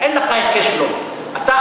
אין לך היקש לוגי.